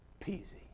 peasy